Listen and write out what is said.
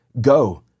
Go